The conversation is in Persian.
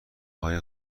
های